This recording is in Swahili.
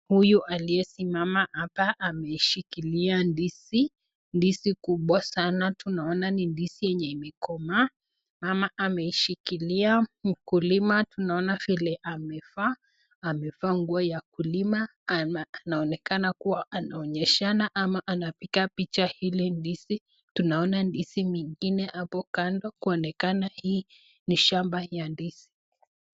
Huyu aliyesimama hapa ameshikilia ndizi ,ndizi kubwa sana tunaona ni ndizi yenye imekomaa, mama ameishikilia mkulima tunaona vile amevaa, amevaa nguo ya kulima. Mama anaonekana anaonyeshana ama anapiga picha hili ndizi, tunaona ndizi mengine hapo kando kuonekana hii ni shamba ya ndizi.